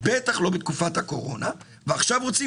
בטח לא בתקופת הקורונה ועכשיו רוצים